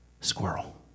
squirrel